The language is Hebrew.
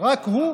רק הוא,